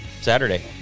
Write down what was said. Saturday